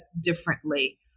differently